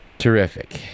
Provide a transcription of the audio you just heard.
Terrific